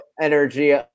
energy